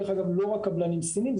אגב לא רק קבלנים סינים,